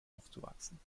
aufzuwachsen